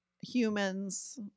humans